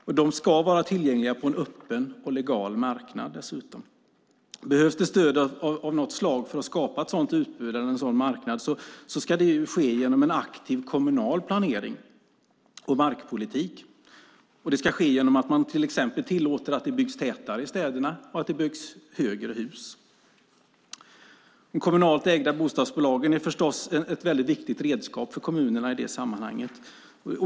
De ska dessutom vara tillgängliga på en öppen och legal marknad. Behövs det stöd av något slag för att skapa ett sådant utbud, en sådan marknad, så ska det ske genom aktiv kommunal planering och markpolitik. Det ska ske genom att man till exempel tillåter att det byggs tätare i städerna och att det byggs högre hus. De kommunalt ägda bostadsbolagen är förstås ett väldigt viktigt redskap för kommunerna i detta sammanhang.